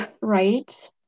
Right